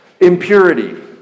Impurity